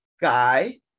guy